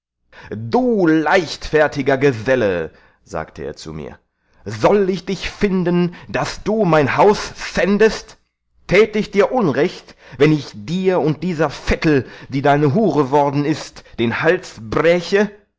du leichtfertiger geselle sagte er zu mir soll ich dich finden daß du mein haus schändest tät ich dir unrecht wann ich dir und dieser vettel die deine hure worden ist den hals bräche